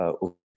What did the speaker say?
au